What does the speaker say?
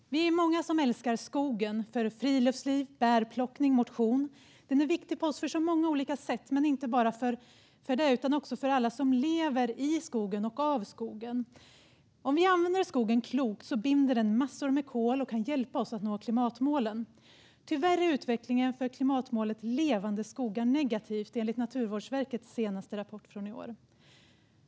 Herr talman! Vi är många som älskar skogen för friluftsliv, bärplockning och motion. Den är viktig för oss på så många olika sätt. Men det är den inte bara för oss utan också för alla som lever i skogen och av skogen. Om vi använder skogen klokt binder den massor av kol och kan hjälpa oss att nå klimatmålen. Tyvärr är utvecklingen för klimatmålet Levande skogar negativt, enligt Naturvårdsverkets senaste rapport från i år.